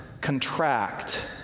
contract